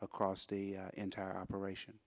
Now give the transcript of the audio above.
across the entire operation